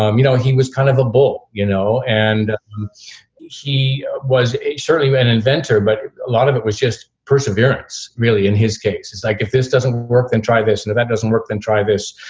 um you know he was kind of a bull you know and he was certainly an inventor. but a lot of it was just perseverance, really, in his case. it's like if this doesn't work, then try this. and if that doesn't work, then try this.